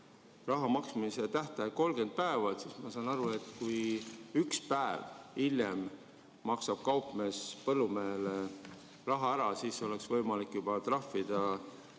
raha maksmise tähtaeg 30 päeva, siis ma saan aru, et kui üks päev hiljem maksab kaupmees põllumehele raha ära, oleks võimalik juba trahvida